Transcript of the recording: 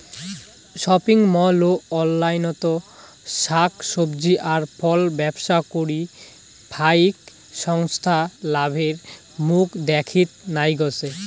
shopping mall ও অনলাইনত শাক সবজি আর ফলব্যবসা করি ফাইক সংস্থা লাভের মুখ দ্যাখির নাইগচে